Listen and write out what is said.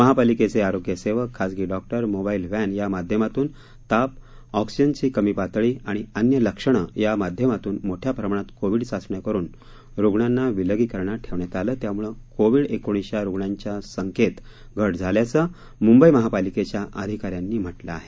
महापालिकेचे आरोग्य सेवक खासगी डॉक्टर मोबाईल व्हा घा माध्यमातून ताप ऑक्सिजन ची कमी पातळी आणि अन्य लक्षणं या सूत्रावर मोठ्या प्रमाणात कोविड चाचण्या करून रुग्णांना विलगीकरणात ठेवल्यामुळे कोविड पॉसिटीव्ह रुग्णांच्या संख्येत घट झाल्याचं मुंबई महानगरपालिकेच्या अधिकाऱ्यांनी म्हटलं आहे